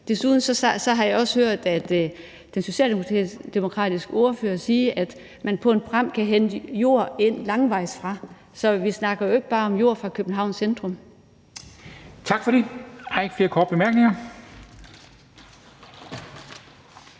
Desuden har jeg også hørt den socialdemokratiske ordfører sige, at man på en pram kan hente jord ind langvejsfra, så vi snakker jo ikke bare om jord fra Københavns Centrum. Kl. 21:53 Formanden